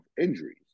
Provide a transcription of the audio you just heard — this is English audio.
injuries